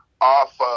off